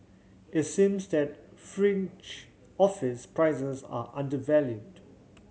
it seems that fringe office prices are undervalued